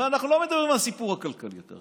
הרי אנחנו לא מדברים על הסיפור הכלכלי יותר,